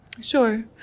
Sure